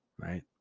right